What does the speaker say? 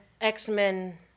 X-Men